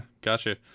gotcha